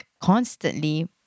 constantly